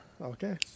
Okay